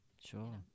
sure